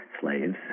slaves